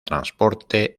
transporte